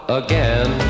again